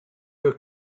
her